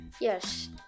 Yes